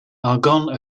argonne